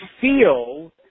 feel